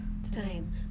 time